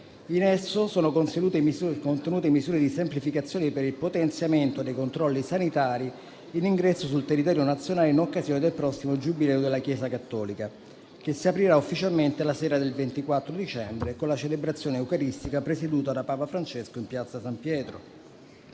In esso sono contenute misure di semplificazione per il potenziamento dei controlli sanitari in ingresso sul territorio nazionale in occasione del prossimo Giubileo della Chiesa cattolica, che si aprirà ufficialmente la sera del 24 dicembre con la celebrazione eucaristica presieduta da Papa Francesco in piazza San Pietro.